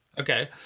okay